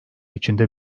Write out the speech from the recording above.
içinde